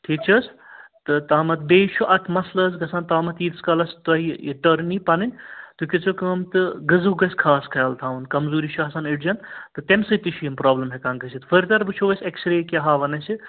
ٹھیٖک چھِ حظ تہٕ تامَتھ بیٚیہِ چھُ اَتھ مسلہٕ حظ گژھان تامَتھ ییٖتِس کالس تۄہہِ یہِ ٹٔرٕن یی پَنٕنۍ تُہۍ کٔرۍزیو کٲم تہٕ غٕذہُک گژھِ خاص خیال تھاوُن کمزوٗری چھِ آسان أڈجَن تہٕ تَمہِ سۭتۍ تہِ چھِ یِم پرٛابلٕم ہٮ۪کان گٔژھِتھ فٔردَر وٕچھو أسۍ اٮ۪کٕس رے کیٛاہ ہاوَن اَسہِ